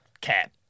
cat